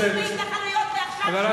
אתם הבאתם את ההתנחלויות ועכשיו, אתם האסון.